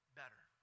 better